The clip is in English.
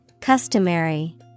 Customary